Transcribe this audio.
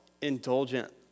indulgent